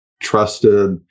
trusted